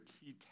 key